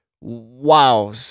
Wow